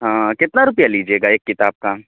ہاں کتنا روپیہ لیجیے گا ایک کتاب کا